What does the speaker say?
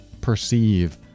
perceive